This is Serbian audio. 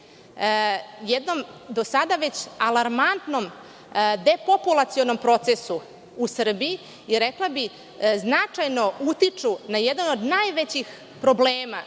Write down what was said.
jednom do sada već alarmantnom depopulacionom procesu u Srbiji, rekla bih značajno utiču na jedan od najvećih problema